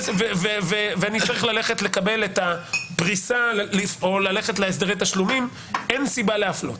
ואני צריך ללכת לקבל את הפריסה או הסדרי תשלומים אין סיבה להפלות.